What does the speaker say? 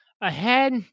ahead